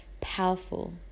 Powerful